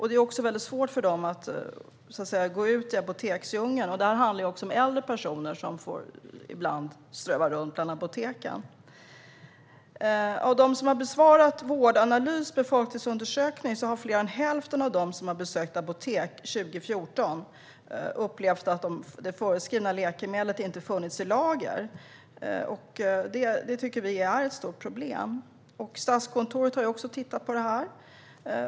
Det är väldigt svårt för kunder att gå ut i apoteksdjungeln. Ibland är det också äldre personer som får ströva runt bland apoteken. Av dem som har besvarat Vårdanalys befolkningsundersökning har fler än hälften av dem som besökt apotek 2014 upplevt att det förskrivna läkemedlet inte funnits i lager. Det tycker vi är ett stort problem. Statskontoret har också tittat på det här.